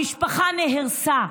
המשפחה נהרסה.